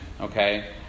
okay